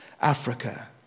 Africa